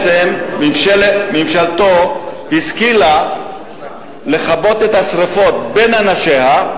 ממשלתו השכילה לכבות את השרפות בין אנשיה,